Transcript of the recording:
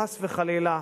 חס וחלילה,